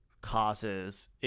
causes